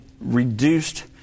reduced